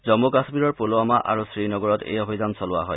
জন্মু কাশ্মীৰৰ পুলবামা আৰু শ্ৰীনগৰত এই অভিযান চলোবা হয়